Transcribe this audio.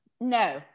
no